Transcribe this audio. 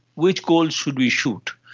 which goals should we shoot?